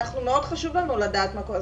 מאוד חשוב לנו לדעת מה קורה,